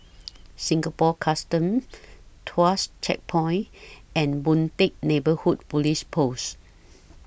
Singapore Customs Tuas Checkpoint and Boon Teck Neighbourhood Police Post